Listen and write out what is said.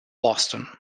boston